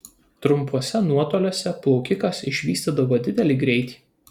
trumpuose nuotoliuose plaukikas išvystydavo didelį greitį